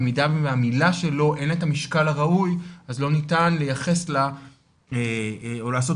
במידה והמילה שלו אין לה את המשקל הראוי אז לא ניתן לייחס לה או לעשות